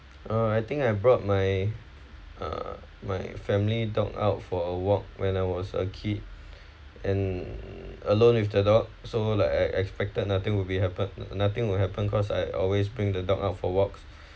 uh I think I brought my uh my family dog out for a walk when I was a kid and alone with the dog so like I expected nothing would be happen nothing will happen cause I always bring the dog out for walks